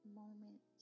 moment